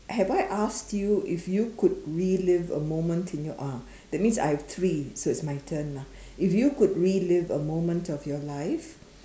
have I asked you if you could relive a moment in your ah that means I have three so it's my turn lah if you could relive a moment of your life